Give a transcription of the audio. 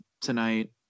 tonight